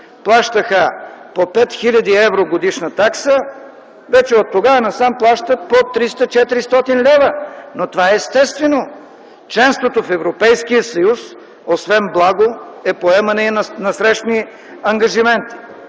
плащаха по 5 хил. евро годишна такса, оттогава насам вече плащат по 300-400 лв. Но това е естествено - членството в Европейския съюз освен благо е поемане и на насрещни ангажименти.